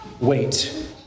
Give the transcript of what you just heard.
Wait